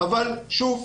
אבל שוב,